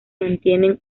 mantienen